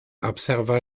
observa